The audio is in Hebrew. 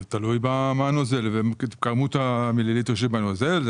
זה תלוי בנוזל, בכמות המיליליטר שבנוזל.